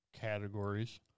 categories